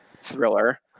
thriller